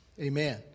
Amen